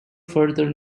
further